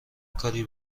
کاری